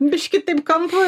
biškį taip kampu